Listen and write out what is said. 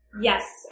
Yes